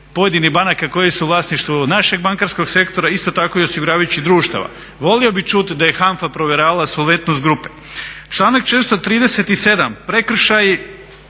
pojedinih banaka koje su u vlasništvu našeg bankarskog sektora isto tako i osiguravajućih društava. Volio bi čuti da je HANFA provjeravala solventnost grupe. Članak 437.prekršaji,